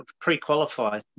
Pre-qualify